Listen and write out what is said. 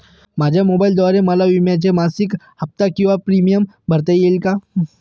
माझ्या मोबाईलद्वारे मला विम्याचा मासिक हफ्ता किंवा प्रीमियम भरता येईल का?